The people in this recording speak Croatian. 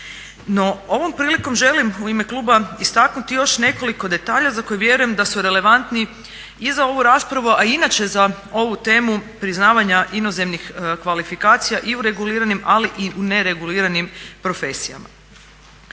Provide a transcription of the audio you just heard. No, ovom prilikom želim u ime kluba istaknuti još nekoliko detalja za koje vjerujem da su relevantni i za ovu raspravu a i inače za ovu temu priznavanja inozemnih kvalifikacija i u reguliranim ali i u nereguliranim profesijama.